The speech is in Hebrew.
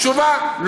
תשובה.